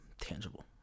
tangible